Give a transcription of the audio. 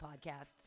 podcasts